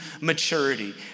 maturity